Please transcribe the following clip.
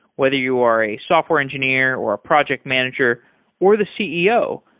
whether you are a software engineer or a project manager or the ceo,